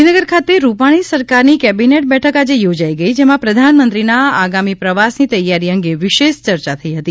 ગાંધીનગર ખાતે રૂપાણી સરકારની કેબિનેટ બેઠક આજે યોજઇ ગઇ જેમાં પ્રધાનમંત્રીના આગામી પ્રવાસની તૈયારી અંગે વિશેષ યર્યા થઇ હતી